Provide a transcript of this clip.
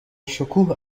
شکوه